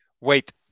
Wait